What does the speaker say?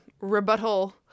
rebuttal